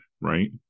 right